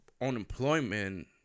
unemployment